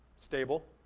stable.